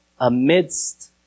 amidst